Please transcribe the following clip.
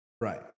Right